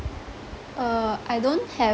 uh I don't have